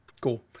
Cool